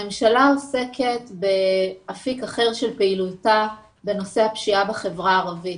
הממשלה עוסקת באפיק אחר של פעילותה בנושא הפשיעה בחברה הערבית.